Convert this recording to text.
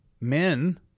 Men